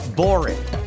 boring